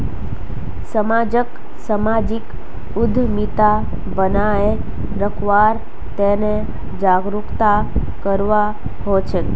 समाजक सामाजिक उद्यमिता बनाए रखवार तने जागरूकता करवा हछेक